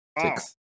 Six